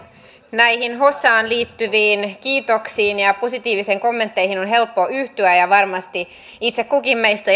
näihin hossaan liittyviin kiitoksiin ja ja positiivisiin kommentteihin on helppo yhtyä ja varmasti itse kukin meistä